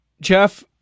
Jeff